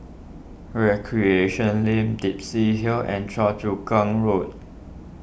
Recreation Lane Dempsey Hill and Choa Chu Kang Road